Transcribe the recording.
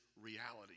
reality